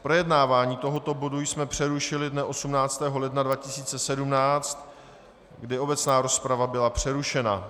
Projednávání tohoto bodu jsme přerušili dne 18. ledna 2017, kdy obecná rozprava byla přerušena.